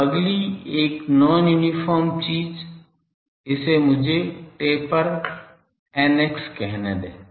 तो अगली एक नॉन यूनिफार्म चीज़ इसे मुझे टेपर ηx कहने दें